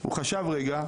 הוא חשב רגע,